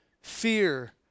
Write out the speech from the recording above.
fear